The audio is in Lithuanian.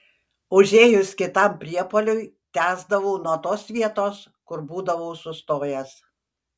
užėjus kitam priepuoliui tęsdavau nuo tos vietos kur būdavau sustojęs